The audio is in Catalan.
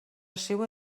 seua